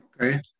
Okay